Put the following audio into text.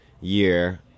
year